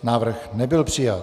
Návrh nebyl přijat.